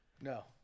No